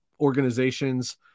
organizations